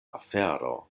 afero